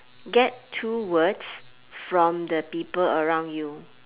get two words from the people around you